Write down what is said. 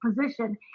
position